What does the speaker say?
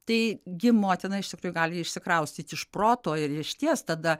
tai gi motina iš tikrųjų gali išsikraustyti iš proto ir išties tada